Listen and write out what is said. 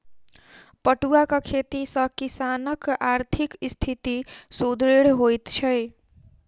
पटुआक खेती सॅ किसानकआर्थिक स्थिति सुदृढ़ होइत छै